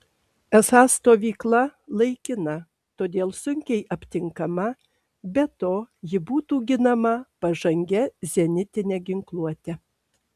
esą stovykla laikina todėl sunkiai aptinkama be to ji būtų ginama pažangia zenitine ginkluote